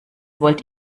wollt